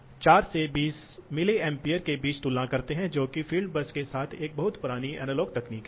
तो शायद अधिकतम प्रवाह शायद ही कभी होता है शायद बिल्कुल नहीं होता है या शायद बहुत कम समय में होता है